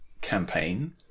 campaign